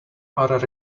are